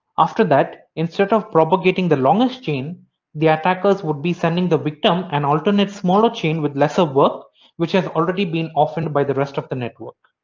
after that instead of propagating the longest chain the attackers would be sending the victim an alternate smaller chain with less of work which has already been orphaned by the rest of the network.